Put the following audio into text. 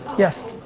yes.